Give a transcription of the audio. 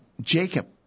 Jacob